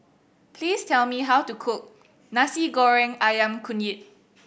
please tell me how to cook Nasi Goreng Ayam Kunyit